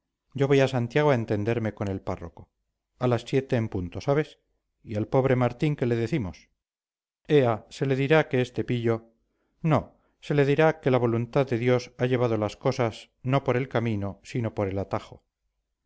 yo voy a santiago a entenderme con el párroco a las siete en punto sabes y al pobre martín qué le decimos ea se le dirá que este pillo no se le dirá que la voluntad de dios ha llevado las cosas no por el camino sino por el atajo